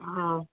आं